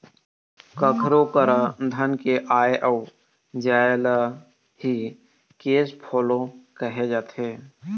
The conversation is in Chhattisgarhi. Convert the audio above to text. कखरो करा धन के आय अउ जाय ल ही केस फोलो कहे जाथे